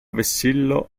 vessillo